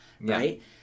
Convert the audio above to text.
right